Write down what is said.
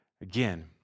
Again